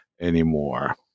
anymore